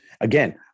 Again